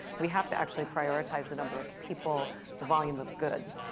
we have to actually prioritize the number of people the volume of goods.